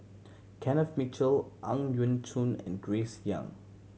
Kenneth Mitchell Ang Yau Choon and Grace Young